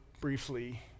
briefly